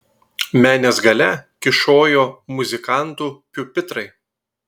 menės gale kyšojo muzikantų piupitrai